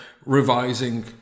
revising